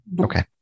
Okay